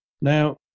Now